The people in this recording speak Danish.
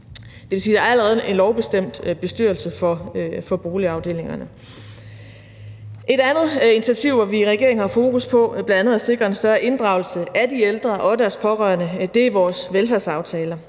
Det vil sige, at der allerede er en lovbestemt bestyrelse for boligafdelingerne. Et andet initiativ, som vi har fokus på i regeringen, er bl.a. at sikre en større inddragelse af de ældre og deres pårørende, og det ligger i vores velfærdsaftaler.